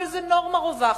אבל זו נורמה רווחת.